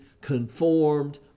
conformed